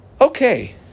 Okay